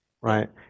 right